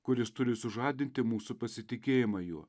kuris turi sužadinti mūsų pasitikėjimą juo